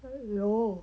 还有